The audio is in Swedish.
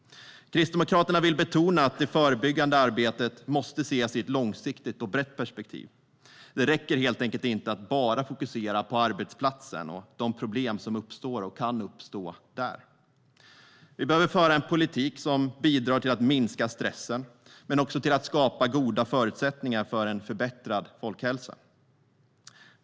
Kristdemokraterna vill betona att det förebyggande arbetet måste ses i ett långsiktigt och brett perspektiv. Det räcker helt enkelt inte att bara fokusera på arbetsplatsen och de problem som uppstår och kan uppstå där. Vi behöver föra en politik som bidrar till att minska stressen men också till att skapa goda förutsättningar för en förbättrad folkhälsa.